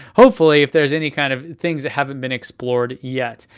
hopefully, if there's any kind of things that haven't been explored yet.